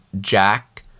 Jack